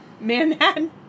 Manhattan